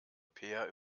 peer